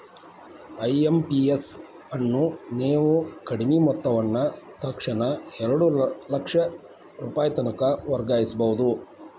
IMPS ಅನ್ನು ನೇವು ಕಡಿಮಿ ಮೊತ್ತವನ್ನ ತಕ್ಷಣಾನ ಎರಡು ಲಕ್ಷ ರೂಪಾಯಿತನಕ ವರ್ಗಾಯಿಸ್ಬಹುದು